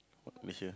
Malaysia